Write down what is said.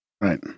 right